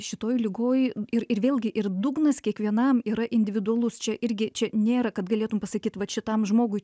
šitoj ligoj ir ir vėlgi ir dugnas kiekvienam yra individualus čia irgi čia nėra kad galėtum pasakyt vat šitam žmogui